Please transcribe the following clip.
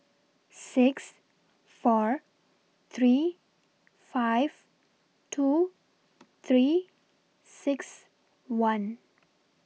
six four three five two three six one